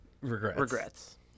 Regrets